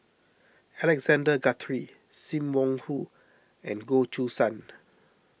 Alexander Guthrie Sim Wong Hoo and Goh Choo San